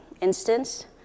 instance